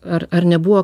ar ar nebuvo